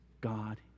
God